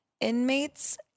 inmates